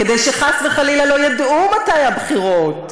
כדי שחס וחלילה לא ידעו מתי הבחירות,